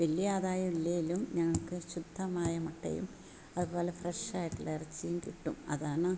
വലിയ ആദായം ഇല്ലെങ്കിലും ഞങ്ങൾക്ക് ശുദ്ധമായ മു ട്ടയും അതു പോലെ ഫ്രഷായിട്ടുള്ള ഇറച്ചിയും കിട്ടും അതാണ്